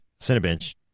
Cinebench